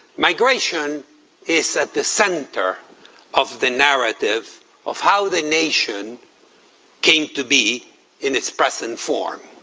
migration is at the center of the narrative of how the nation came to be in its present form.